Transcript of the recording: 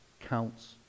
counts